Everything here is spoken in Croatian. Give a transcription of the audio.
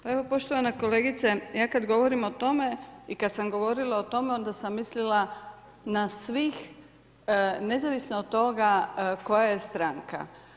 Pa evo poštovana kolegice, ja kad govorim o tome i kad sam govorila o tome onda sam mislila na svih nezavisno od toga koja je stranka.